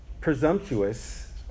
presumptuous